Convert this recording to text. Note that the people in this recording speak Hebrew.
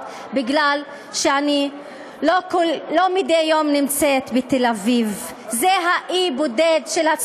לא נחשפה בפני מכיוון שאני לא נמצאת בתל-אביב מדי יום.